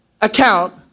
account